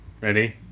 Ready